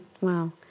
Wow